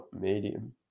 medium